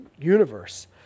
universe